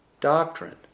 doctrine